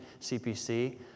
CPC